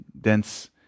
dense